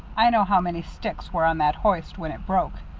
i know how many sticks were on that hoist when it broke.